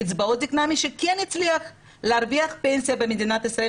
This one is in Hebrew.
קצבאות זקנה למי שכן הצליח להרוויח פנסיה של 50,000 במדינת ישראל